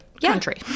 country